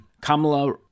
Kamala